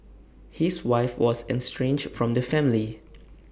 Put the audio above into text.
his wife was estranged from the family